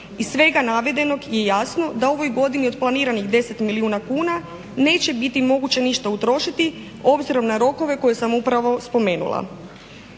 Iz svega navedenog je jasno da u ovoj godini od planiranih 10 milijuna kuna neće biti moguće ništa utrošiti, obzirom na rokove koje sam upravo spomenula.